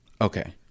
Okay